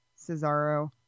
Cesaro